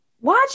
Watch